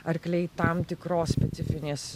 arkliai tam tikros specifinės